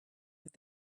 with